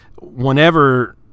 whenever